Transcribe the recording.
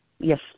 Yes